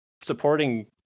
supporting